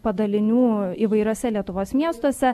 padalinių įvairiuose lietuvos miestuose